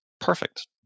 perfect